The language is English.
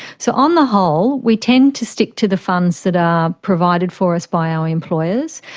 so on the whole we tend to stick to the funds that are provided for us by our employers.